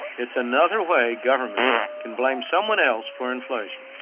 it's another way government can blame someone else for inflation.